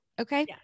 okay